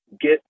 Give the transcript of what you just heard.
get